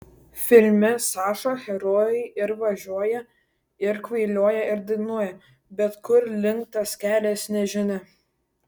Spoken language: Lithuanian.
filme saša herojai ir važiuoja ir kvailioja ir dainuoja bet kur link tas kelias nežinia